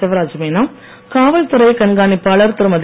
சிவராஜ் மீனா காவல்துறை கண்காணிப்பாளர் திருமதி